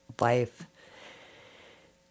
life